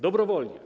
Dobrowolnie.